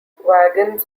wagons